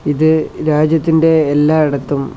ഇത് രാജ്യത്തിൻ്റെ എല്ലാ ഇടത്തും